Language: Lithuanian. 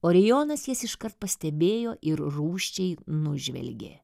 orijonas jis iškart pastebėjo ir rūsčiai nužvelgė